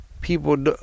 people